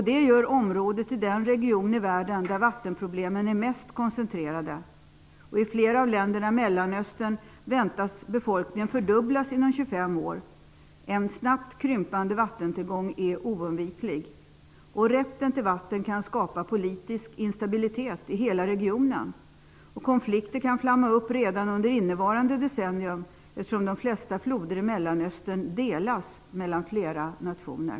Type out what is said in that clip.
Det gör området till den region i världen där vattenproblemen är mest koncentrerade. I flera av länderna i Mellanöstern väntas befolkningen fördubblas inom 25 år. En snabbt krympande vattentillgång är oundviklig. Rätten till vatten kan skapa politisk instabilitet i hela regionen. Konflikter kan flamma upp redan under innevarande decennium, eftersom de flesta floder i Mellanöstern delas mellan flera nationer.